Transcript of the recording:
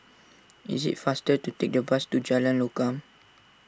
it is faster to take the bus to Jalan Lokam